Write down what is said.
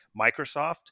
Microsoft